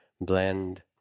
blend